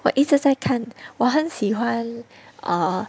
我一直在看我很喜欢 err